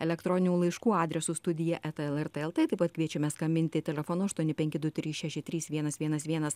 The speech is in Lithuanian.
elektroninių laiškų adresu studija eta lrt lt taip pat kviečiame skambinti telefonu aštuoni penki du trys šeši trys vienas vienas vienas